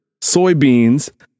soybeans